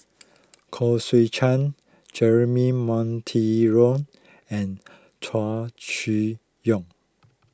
Koh Seow Chuan Jeremy Monteiro and Chow Chee Yong